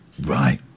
right